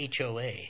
HOA